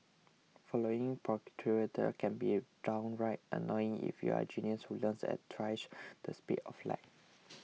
following procedures can be downright annoying if you're a genius who learns at twice the speed of light